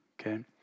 okay